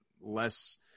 less